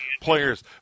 players